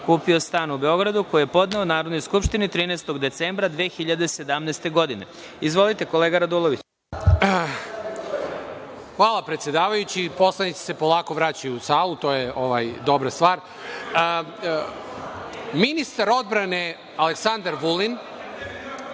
kupio stan u Beogradu, koji je podneo Narodnoj skupštini 13. decembra 2017. godine. Izvolite, kolega Radulović. **Saša Radulović** Hvala, predsedavajući. Poslanici se polako vraćaju u salu, to je dobra stvar. Ministar odbrane Aleksandar Vulin…